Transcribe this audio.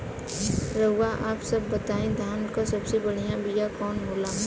रउआ आप सब बताई धान क सबसे बढ़ियां बिया कवन होला?